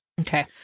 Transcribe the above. Okay